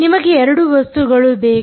ನಿಮಗೆ 2 ವಸ್ತುಗಳು ಬೇಕು